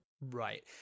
Right